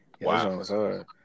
wow